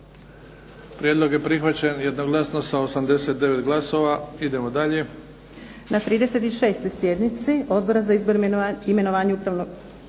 Prijedlog je prihvaćen jednoglasno sa 89 glasova. Idemo dalje.